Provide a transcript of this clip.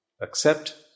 accept